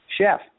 chef